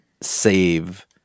save